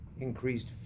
increased